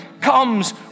comes